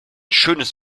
schönes